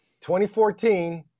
2014